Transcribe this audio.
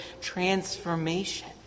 transformation